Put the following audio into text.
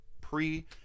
pre